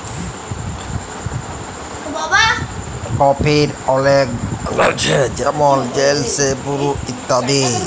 কফির অলেক ব্র্যাল্ড আছে যেমল লেসলে, বুরু ইত্যাদি